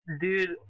Dude